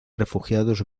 refugiados